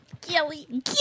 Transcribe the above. Kelly